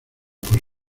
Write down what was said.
por